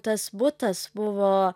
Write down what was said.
tas butas buvo